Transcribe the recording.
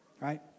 Right